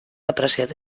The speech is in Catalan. apreciat